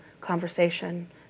conversation